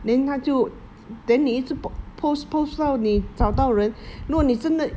then 他就 then 你一直 post post 到你找到人如果你真的